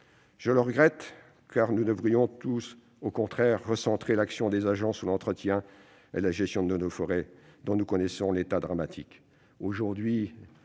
Je le regrette, car nous devrions tout au contraire recentrer l'action des agents sur l'entretien et la gestion de nos forêts dont nous connaissons l'état dramatique.